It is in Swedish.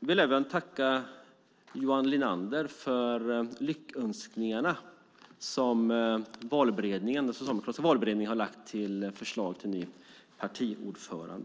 vill även tacka Johan Linander för lyckönskningar angående den socialdemokratiska valberedningens förslag till ny partiordförande.